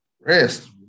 Rest